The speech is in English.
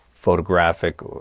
photographic